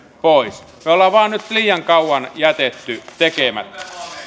pois me olemme vain nyt liian kauan jättäneet tekemättä